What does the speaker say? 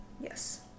Yes